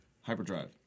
Hyperdrive